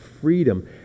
freedom